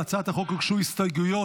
להצעת החוק הוגשו הסתייגויות